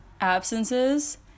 absences